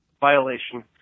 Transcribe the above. violation